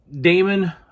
Damon